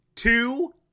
Two